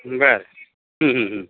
बर